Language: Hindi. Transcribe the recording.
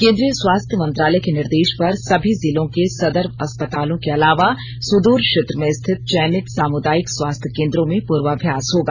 केंद्रीय स्वास्थ्य मंत्रालय के निर्देश पर सभी जिलों के सदर अस्पतालों के अलावा सुदूर क्षेत्र में स्थित चयनित सामुदायिक स्वास्थ्य केंद्रो में पूर्वाभ्यास होगा